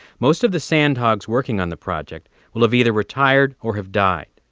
most of the sandhogs working on the project will have either retired or have died.